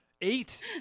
eight